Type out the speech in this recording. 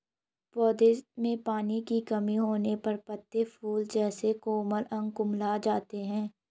पौधों में पानी की कमी होने पर पत्ते, फूल जैसे कोमल अंग कुम्हला जाते हैं